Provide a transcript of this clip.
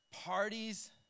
parties